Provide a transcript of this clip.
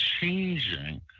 changing